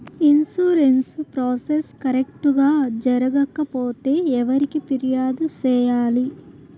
insurance process correct గా జరగకపోతే ఎవరికి ఫిర్యాదు సేయాలి